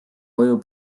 koju